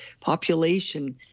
population